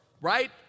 right